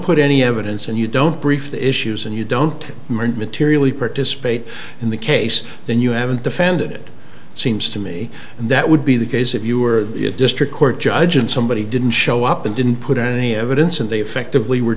put any evidence and you don't brief the issues and you don't mind materially participate in the case then you haven't defended seems to me that would be the case if you were a district court judge and somebody didn't show up and didn't put any evidence and they effectively were